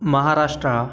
Maharashtra